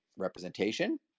representation